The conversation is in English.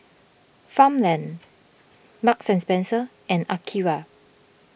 Farmland Marks and Spencer and Akira